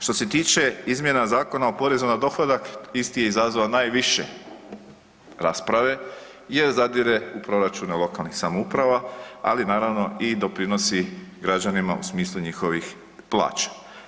Što se tiče izmjena Zakona o porezu na dohodak, isti je izazvao najviše rasprave jer zadire u proračune lokalnih samouprava ali naravno i doprinosi građanima u smislu njihovih plaća.